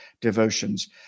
devotions